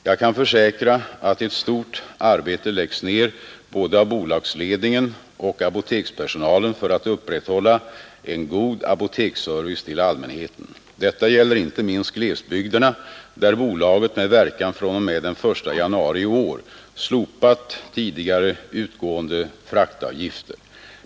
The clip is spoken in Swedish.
Jag kan försäkra att ett stort arbete läggs ner av både bolagsledningen och apotekspersonalen för att upprätthålla en god apoteksservice till allmänheten. Detta gäller inte minst glesbygderna, där bolaget med verkan fr.o.m. den 1 januari i år slopat tidigare utgående fraktavgifter.